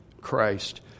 Christ